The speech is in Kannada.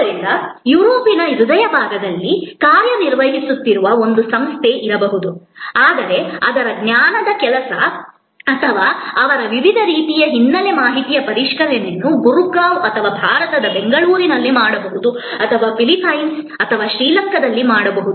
ಆದ್ದರಿಂದ ಯುರೋಪಿನ ಹೃದಯಭಾಗದಲ್ಲಿ ಕಾರ್ಯನಿರ್ವಹಿಸುತ್ತಿರುವ ಒಂದು ಸಂಸ್ಥೆ ಇರಬಹುದು ಆದರೆ ಅವರ ಜ್ಞಾನದ ಕೆಲಸ ಅಥವಾ ಅವರ ವಿವಿಧ ರೀತಿಯ ಹಿನ್ನೆಲೆ ಮಾಹಿತಿಯ ಸಂಸ್ಕರಣೆಯನ್ನು ಗುರಗಾಂವ್ ಅಥವಾ ಭಾರತದ ಬೆಂಗಳೂರಿನಲ್ಲಿ ಮಾಡಬಹುದು ಅಥವಾ ಫಿಲಿಪೈನ್ಸ್ ಅಥವಾ ಶ್ರೀಲಂಕಾದಲ್ಲಿ ಮಾಡಬಹುದು